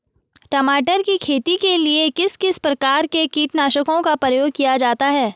टमाटर की खेती के लिए किस किस प्रकार के कीटनाशकों का प्रयोग किया जाता है?